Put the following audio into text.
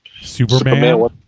Superman